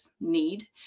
need